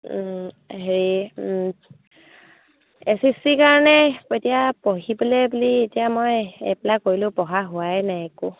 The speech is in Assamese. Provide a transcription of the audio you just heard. হেৰি এছ এছ চিৰ কাৰণে এতিয়া পঢ়িবলৈ বুলি এতিয়া মই এপ্লাই কৰিলোঁ পঢ়া হোৱাই নাই একো